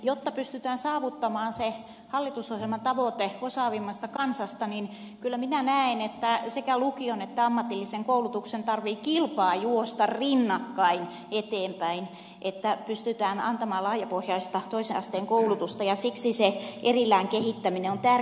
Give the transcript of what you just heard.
jotta pystytään saavuttamaan se hallitusohjelman tavoite osaavimmasta kansasta kyllä minä näen että sekä lukion että ammatillisen koulutuksen tarvitsee kilpaa juosta rinnakkain eteenpäin että pystytään antamaan laajapohjaista toisen asteen koulutusta ja siksi se erillään kehittäminen on tärkeää